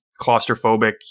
claustrophobic